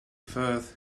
firth